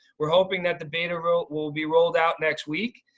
we're hoping that the beta roll will be rolled out next week,